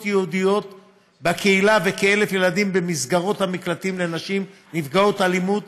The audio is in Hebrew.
ייעודיות בקהילה וכ-1,000 ילדים הם במסגרת המקלטים לנשים נפגעות אלימות